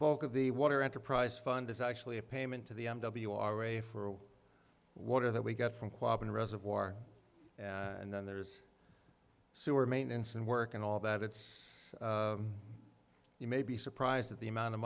bulk of the water enterprise fund is actually a payment to the m w r a for water that we got from quabbin reservoir and then there's sewer maintenance and work and all that it's you may be surprised at the amount of